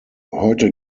heute